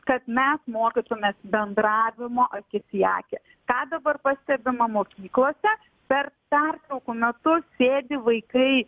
kad mes mokytumės bendravimo akis į akį ką dabar pastebima mokyklose per pertraukų metu sėdi vaikai